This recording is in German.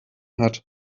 hat